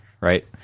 right